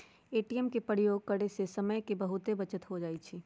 ATM के प्रयोग करे से समय के बहुते बचत हो जाइ छइ